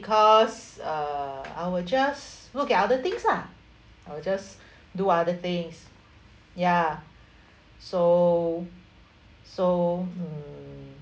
because uh I will just look at other things lah I will just do other things ya so so mm